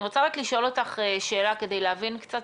אני רוצה לשאול אותך שאלה כדי להבין יותר